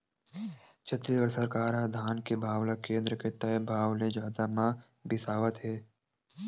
छत्तीसगढ़ सरकार ह धान के भाव ल केन्द्र के तय भाव ले जादा म बिसावत हे